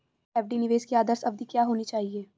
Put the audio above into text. FD निवेश की आदर्श अवधि क्या होनी चाहिए?